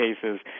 cases